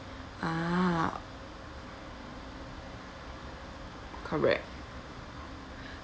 ah correct